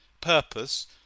purpose